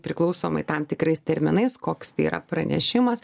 priklausomai tam tikrais terminais koks tai yra pranešimas